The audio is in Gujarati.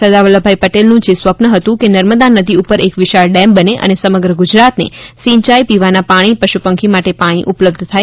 સરદાર વલ્લભભાઇ પટેલનું જે સ્વપ્ન હતું કે નર્મદા નદી ઉપર એક વિશાળ ડેમ બને અને સમગ્ર ગુજરાતને સિંચાઇ પીવાના પાણી પશુ પંખી માટે પાણી ઉપલબ્ધ થાય